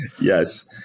Yes